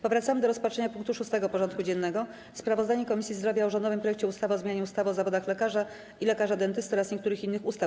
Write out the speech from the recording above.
Powracamy do rozpatrzenia punktu 6. porządku dziennego: Sprawozdanie Komisji Zdrowia o rządowym projekcie ustawy o zmianie ustawy o zawodach lekarza i lekarza dentysty oraz niektórych innych ustaw.